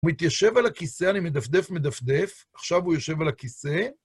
הוא מתיישב על הכיסא, אני מדפדף מדפדף, עכשיו הוא יושב על הכיסא.